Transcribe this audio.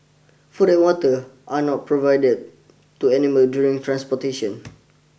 food and water are not provided to animals during the transportation